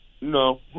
No